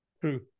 True